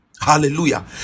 hallelujah